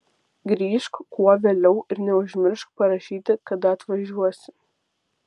grįžk kuo vėliau ir neužmiršk parašyti kada atvažiuosi